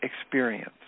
experience